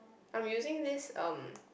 I'm using this um